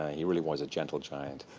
ah he really was a gentle giant.